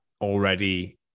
already